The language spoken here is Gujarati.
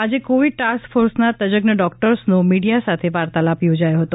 આજે કોવિડ ટાસ્ક ફોર્સના તજજ્ઞ ડૉકટર્સનો મીડિયા સાથે વાર્તાલાપ યોજાયો હતો